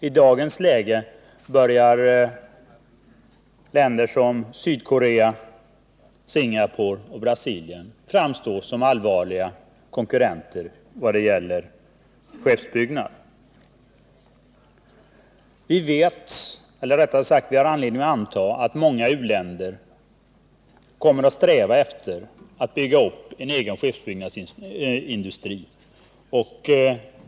I dagens läge börjar länder som Sydkorea, Singapore och Brasilien framstå som allvarliga konkurrenter när det gäller skeppsbyggnad. Vi har anledning att anta att många u-länder kommer att sträva efter att bygga upp en egen skeppsbyggnadsindustri.